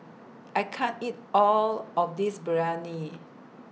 I can't eat All of This Biryani